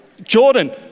Jordan